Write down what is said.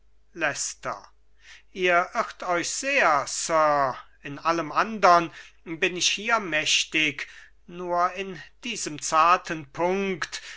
ihr irrt euch sir in allem andern bin ich hier mächtig nur in diesem zarten punkt